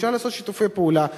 אפשר לעשות שיתופי פעולה,